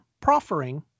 proffering